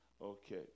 Okay